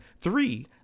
Three